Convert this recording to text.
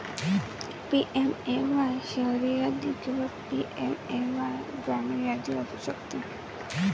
PMAY शहरी यादी किंवा पी.एम.ए.वाय ग्रामीण यादी असू शकते